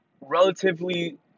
relatively